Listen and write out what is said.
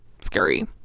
scary